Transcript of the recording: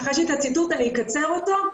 יש לי את הציטוט ואני אקצר אותו,